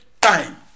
time